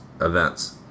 events